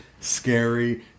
scary